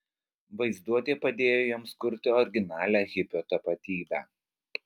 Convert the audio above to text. vaizduotė padėjo jiems kurti originalią hipio tapatybę